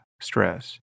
stress